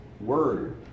word